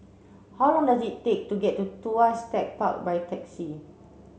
how long does it take to get to Tuas Tech Park by taxi